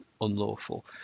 unlawful